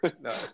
No